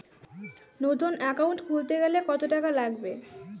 নতুন একাউন্ট খুলতে গেলে কত টাকা লাগবে?